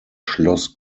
schloss